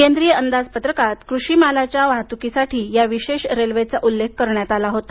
केंद्रीय अंदाज पत्रकात कृषी मालाच्या वाहतूकीसाठी या विशेष रेल्वेचा उल्लेख करण्यात आला होता